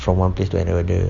from one place to another